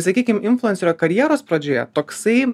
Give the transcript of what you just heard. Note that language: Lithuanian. sakykim influencerio karjeros pradžioje toksai